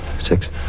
six